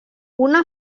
una